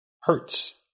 hurts